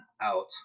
out